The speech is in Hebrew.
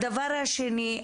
הדבר השני,